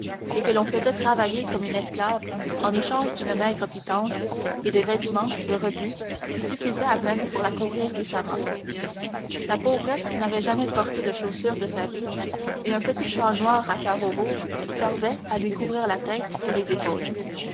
et que l'on faisait travailler comme une esclave en échange d'une maigre pitance et de vêtements de rebut qui suffisaient à peine pour la couvrir décemment la pauvrette n'avait jamais porté de chaussures de sa vie et un petit châle noir à carreaux rouges servait à lui couvrir la tête et les épaules